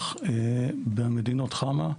במדינות חמ"ע,